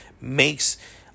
Makes